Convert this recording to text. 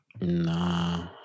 Nah